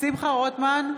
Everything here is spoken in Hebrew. שמחה רוטמן,